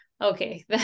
okay